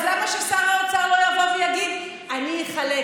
אז למה ששר האוצר לא יבוא ויגיד: אני אחלק,